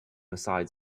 beside